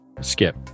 Skip